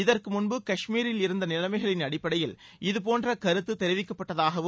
இதற்கு முன்பு கஷ்மீரில் இருந்த நிலைமைகளின் அடிப்படையில இதுபோன்ற கருத்து தெரிவிக்கப்பட்டதாகவும்